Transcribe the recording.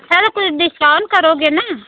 अच्चा तो कुछ डिस्काउंट करोगे ना